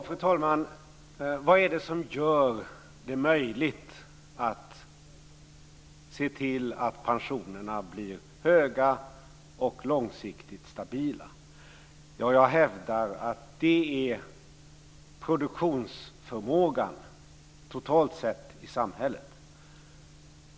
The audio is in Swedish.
Fru talman! Vad är det som gör att pensionerna blir höga och långsiktigt stabila? Jag hävdar att det är produktionsförmågan totalt sett i samhället.